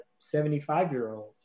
75-year-old